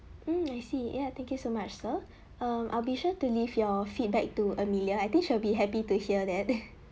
mm I see ya thank you so much sir um I'll be sure to leave your feedback to amelia I think she'll be happy to hear that